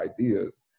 ideas